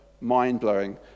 mind-blowing